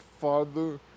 Father